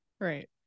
Right